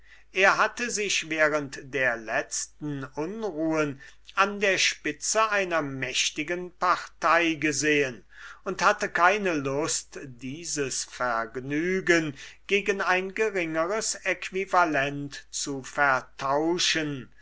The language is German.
er hatte sich während der letzten unruhen an der spitze einer mächtigen partie gesehen und hatte keine lust dieses vergnügen gegen ein geringeres aequivalent zu vertauschen